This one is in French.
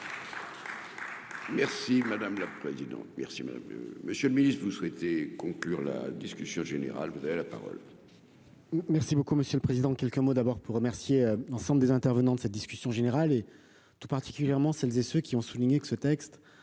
Merci madame la présidente. Merci madame Monsieur le Ministre, vous souhaitez conclure la discussion générale, vous avez la parole.